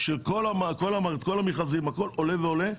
כל המכרזים, הכול עולה ועולה.